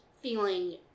feeling